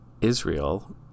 Israel